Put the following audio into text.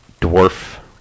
dwarf